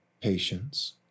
patience